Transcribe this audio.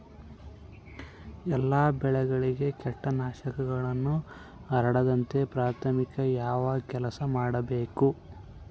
ಎಲ್ಲ ಬೆಳೆಗಳಿಗೆ ಕೇಟನಾಶಕಗಳು ಹರಡದಂತೆ ಪ್ರಾಥಮಿಕ ಯಾವ ಕೆಲಸ ಮಾಡಬೇಕು?